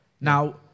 Now